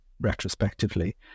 retrospectively